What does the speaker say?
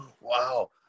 wow